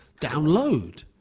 download